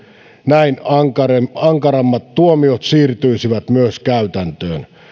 näin ankarammat ankarammat tuomiot siirtyisivät myös käytäntöön